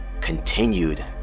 continued